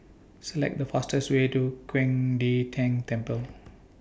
Select The fastest Way to Qing De Tang Temple